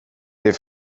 der